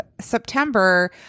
September